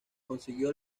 consiguió